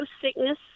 sickness